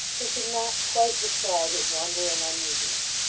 he could not quite discard his wonder and uneasiness.